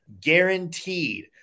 guaranteed